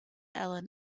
ellen